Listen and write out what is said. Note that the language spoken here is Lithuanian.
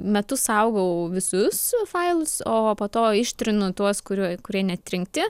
metus saugau visus failus o po to ištrinu tuos kuriuo kurie neatrinkti